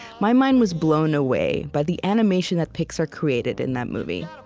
my mind was blown away by the animation that pixar created in that movie.